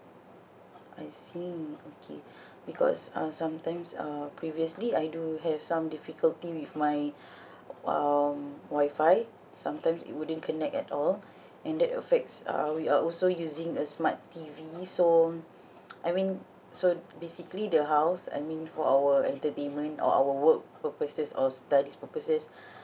I see okay because uh sometimes uh previously I do have some difficulty with my um wi-fi sometimes it wouldn't connect at all and that affects uh we are also using a smart T_V so I mean so basically the house I mean for our entertainment or our work purposes or studies purposes